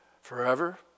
forever